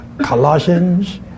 Colossians